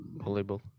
Volleyball